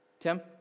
Tim